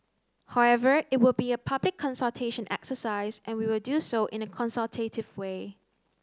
however it will be a public consultation exercise and we will do so in a consultative way